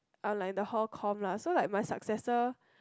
unlike the whole comm lah so like my successor